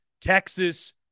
Texas